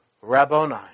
Rabboni